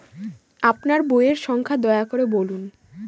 আপনার বইয়ের সংখ্যা দয়া করে বলুন?